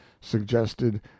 suggested